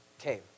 Okay